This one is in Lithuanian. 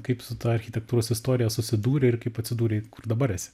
kaip su ta architektūros istorija susidūrei ir kaip atsidūrei kur dabar esi